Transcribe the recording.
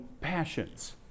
passions